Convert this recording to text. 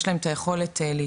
יש להם את היכולת להתארגן,